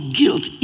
guilt